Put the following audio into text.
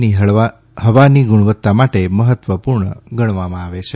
ની હવાની ગુણવત્તા માટે મહત્વપૂર્ણ ગણવામાં આવે છે